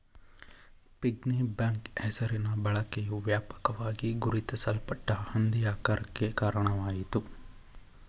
piggy bank ಹೆಸರಿನ ಬಳಕೆಯು ವ್ಯಾಪಕವಾಗಿ ಗುರುತಿಸಲ್ಪಟ್ಟ ಹಂದಿ ಆಕಾರಕ್ಕೆ ಕಾರಣವಾಯಿತು